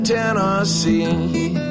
Tennessee